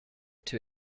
too